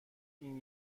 این